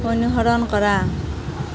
অনুসৰণ কৰা